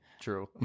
true